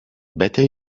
better